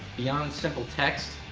beyond simple text,